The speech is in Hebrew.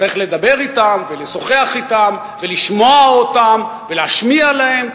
צריך לדבר אתם ולשוחח אתם ולשמוע אותם ולהשמיע להם.